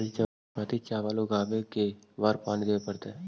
बासमती चावल उगावेला के बार पानी देवे पड़तै?